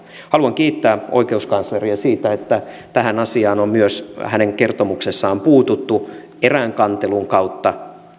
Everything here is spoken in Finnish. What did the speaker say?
haluan kiittää oikeuskansleria siitä että tähän asiaan on myös hänen kertomuksessaan puututtu erään kantelun kautta